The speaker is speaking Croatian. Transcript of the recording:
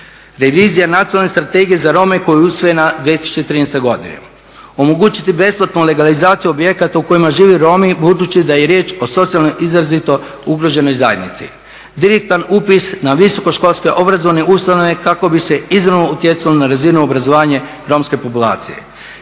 razumije./… nacionalne strategije za Rome koja je usvojena 2013. godine. Omogućiti besplatnu legalizaciju objekata u kojima žive Romi budući da je riječ o socijalnoj izrazito ugroženoj zajednici. Direktan upis na visokoškolske obrazovne ustanove kako bi se izravno utjecalo na razinu obrazovanja romske populacije.